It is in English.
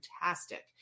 fantastic